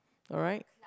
alright